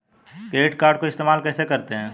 Credit card को इस्तेमाल कैसे करते हैं?